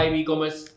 e-commerce